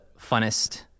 funnest